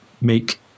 make